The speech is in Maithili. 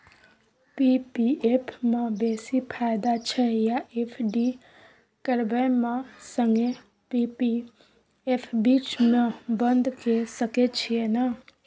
पी.पी एफ म बेसी फायदा छै या एफ.डी करबै म संगे पी.पी एफ बीच म बन्द के सके छियै न?